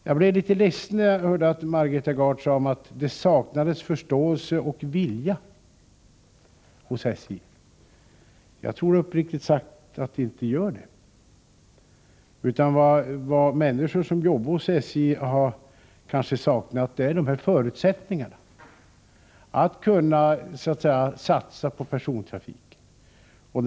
Jag blev litet ledsen när jag hörde att Margareta Gard sade att det saknades förståelse och vilja hos SJ. Jag tror uppriktigt sagt att det inte gör det. Vad människor som arbetar hos SJ kanske har saknat är förutsättningarna, t.ex. att kunna satsa på persontrafiken.